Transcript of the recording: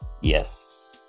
yes